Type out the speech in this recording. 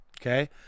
okay